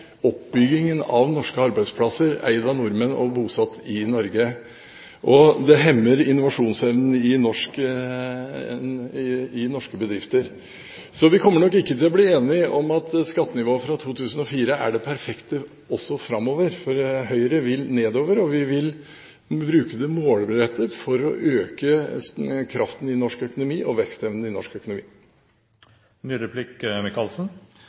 oppbyggingen av norske arbeidsplasser eid av nordmenn bosatt i Norge. Det hemmer også innovasjonsevnen i norske bedrifter. Så vi kommer nok ikke til å bli enige om at skattenivået fra 2004 er det perfekte også framover, for Høyre vil ha det ned, og vi vil bruke dette målrettet for å øke kraften og vekstevnen i norsk